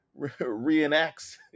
reenacts